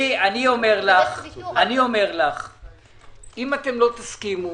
אם לא תסכימו